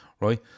right